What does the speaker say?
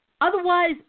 Otherwise